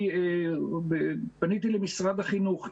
אני פניתי למשרד החינוך,